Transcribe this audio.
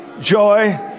Joy